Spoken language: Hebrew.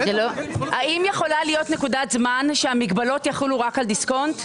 האם יכולה להיות נקודת זמן שהמגבלות יחולו רק על דיסקונט?